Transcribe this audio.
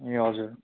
ए हजुर